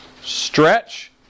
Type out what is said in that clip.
Stretch